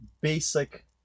basic